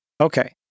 Okay